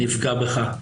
נפגע בך,